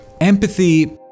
empathy